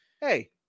hey